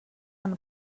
amb